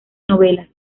novelas